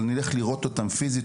אלא ללכת לראות אותם פיזית.